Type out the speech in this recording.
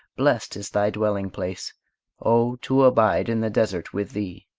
blest is thy dwelling-place oh, to abide in the desert with thee!